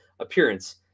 appearance